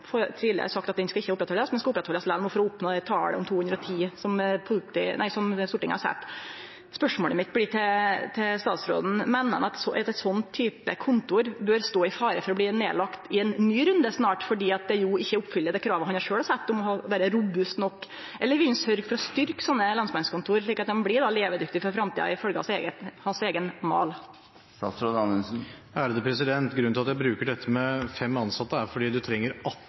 sagt at det ikkje skal oppretthaldast, men det skal oppretthaldast lell for å oppnå eit tal om 210, som Stortinget har sett. Spørsmålet mitt til statsråden blir då: Meiner han at ein slik type kontor bør stå i fare for å bli nedlagt i ein ny runde snart, fordi det ikkje oppfyller det kravet han sjølv har sett om å vere robust nok, eller vil han sørgje for å styrkje slike lensmannskontor, slik at dei blir levedyktige for framtida, ifølgje hans eigen mal? Grunnen til at jeg bruker det med fem ansatte,